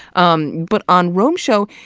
um but on rome's show,